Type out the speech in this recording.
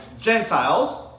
Gentiles